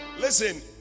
Listen